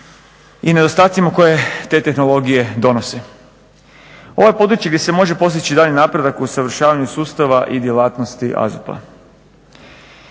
i nedostacima koje te tehnologije donose. Ovo je područje gdje se može postići daljnji napredak usavršavanja sustava i djelatnosti AZOP-a.